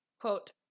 Quote